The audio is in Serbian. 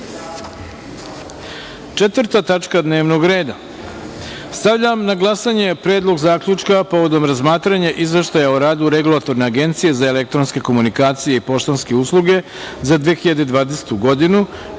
radu. Četvrta tačka dnevnog reda – Stavljam na glasanje Predlog zaključka povodom razmatranja Izveštaja o radu Regulatorne agencije za elektronske komunikacije i poštanske usluge za 2020. godinu,